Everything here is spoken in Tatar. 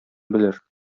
белер